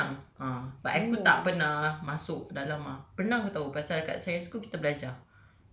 aku tahu berenang ah but I pun tak pernah masuk dalam ah berenang aku tahu pasal kat secondary school kita belajar